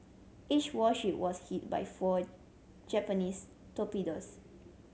each warship was hit by four Japanese torpedoes